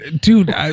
Dude